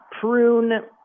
prune